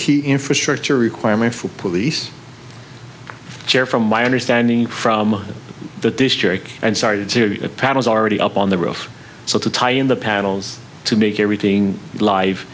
key infrastructure requirement for police chair from my understanding from the district and started serious problems already up on the roof so to tie in the panels to make everything live